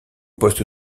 poste